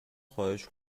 خواهش